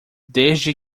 desde